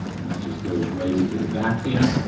and that just goes right into the back there.